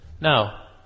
No